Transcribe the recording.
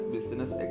Business